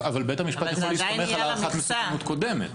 אבל בית המשפט יכול להסתמך על הערכת מסוכנות קודמת.